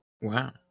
Wow